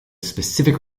specific